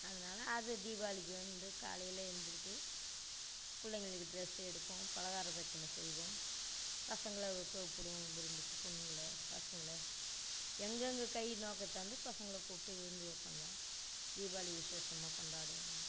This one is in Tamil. அதனால் அது தீபாவளிக்கு வந்து காலையில எந்திரிச்சி பிள்ளைங்களுக்கு ட்ரெஸ் எடுப்போம் பலகார பட்சணம் செய்வோம் பசங்களை கூப் கூப்பிடுவோம் விருந்துக்கு பொண்ணுங்களை பசங்களை எங்கெங்க கை நோக்கத்தாந்து பசங்களை கூப்பிட்டு விருந்து வைப்பங்க தீபாவளி விசேஷமாக கொண்டாடுவோங்க